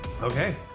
Okay